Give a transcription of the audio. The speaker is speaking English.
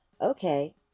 Okay